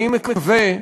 אני מקווה,